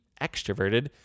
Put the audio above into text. extroverted